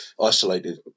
isolated